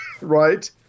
Right